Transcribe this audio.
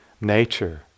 nature